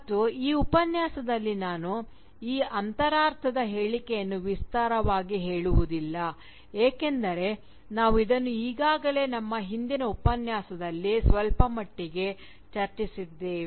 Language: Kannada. ಮತ್ತು ಈ ಉಪನ್ಯಾಸದಲ್ಲಿ ನಾನು ಈ ಅಂತರಾರ್ಥದ ಹೇಳಿಕೆಯನ್ನು ವಿಸ್ತಾರವಾಗಿ ಹೇಳುವುದಿಲ್ಲ ಏಕೆಂದರೆ ನಾವು ಇದನ್ನು ಈಗಾಗಲೇ ನಮ್ಮ ಹಿಂದಿನ ಉಪನ್ಯಾಸದಲ್ಲಿ ಸ್ವಲ್ಪಮಟ್ಟಿಗೆ ಚರ್ಚಿಸಿದ್ದೇವೆ